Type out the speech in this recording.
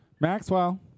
Maxwell